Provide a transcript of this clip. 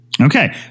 okay